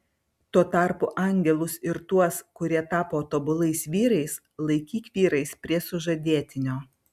tuo tarpu angelus ir tuos kurie tapo tobulais vyrais laikyk vyrais prie sužadėtinio